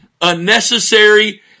unnecessary